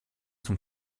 zum